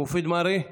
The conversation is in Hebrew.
מופיד מרעי,